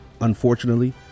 Unfortunately